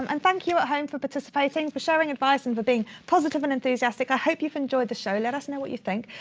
um thank you at home for participating, for sharing advice, and for being positive and enthusiastic. i hope you've enjoyed the show. let us know what you think.